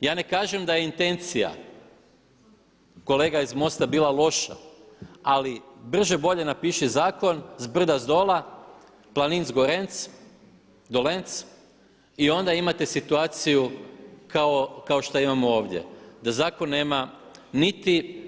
Ja ne kažem da je intencija kolega iz MOST-a bila loša ali brže bolje napiši zakon s brda zdola, planinc gorenc, dolenc, i onda imate situaciju kao što imamo ovdje da zakon nema niti